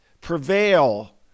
prevail